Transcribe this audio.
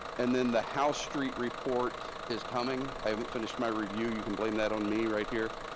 and then the house street report is coming, i haven't finished my review, you can blame that on me, right here,